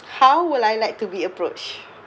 how would I like to be approach